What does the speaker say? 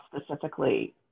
specifically